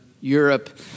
Europe